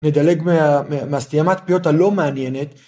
‫נדלג מה-"סתיימת פיות" הלא מעניינת.